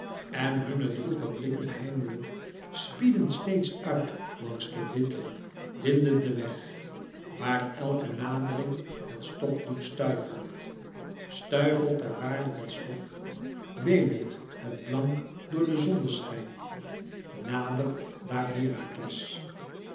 en hunne droeve blikken heimelijk spieden steeds uit langs den witten windenden weg waar elke nadering het stof doet stuivelen stuivelt daar waarlijk het stof wemelt het blank door den zonschijn nadert daar herakles